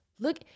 Look